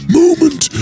moment